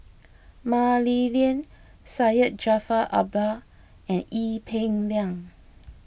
Mah Li Lian Syed Jaafar Albar and Ee Peng Liang